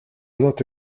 not